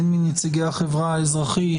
הן מנציגי החברה האזרחית,